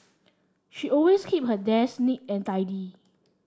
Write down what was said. she always keeps her desk neat and tidy